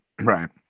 right